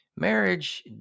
Marriage